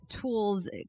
tools